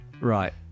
Right